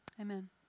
Amen